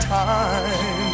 time